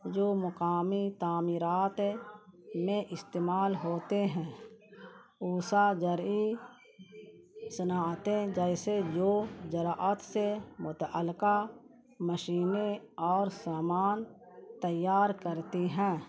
جو مقامی تعمیرات میں استعمال ہوتے ہیں صنعتیں جیسے جو زراعت سے متعلقہ مشینیں اور سامان تیار کرتی ہیں